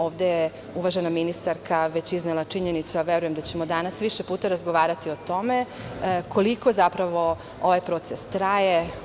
Ovde je uvažena ministarka već iznela činjenice, a verujem da ćemo danas više puta razgovarati o tome, koliko zapravo ovaj proces traje.